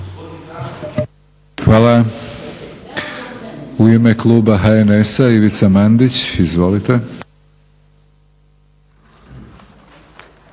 Hvala.